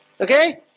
Okay